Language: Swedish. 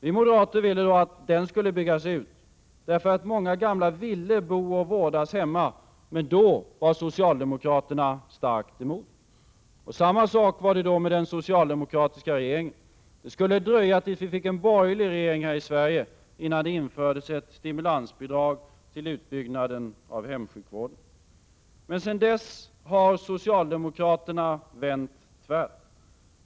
Vi moderater ville att den skulle byggas ut, därför att många gamla ville bo och vårdas hemma. Men då var socialdemokraterna starkt emot. Samma sak var det då med den socialdemokratiska regeringen. Det skulle dröja tills vi fick en borgerlig regering här i Sverige, innan det infördes ett Men sedan dess har socialdemokraterna vänt tvärt.